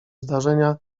zdarzenia